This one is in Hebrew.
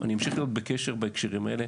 אבל ממשיך להיות בקשר בנושא הזה,